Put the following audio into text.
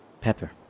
Pepper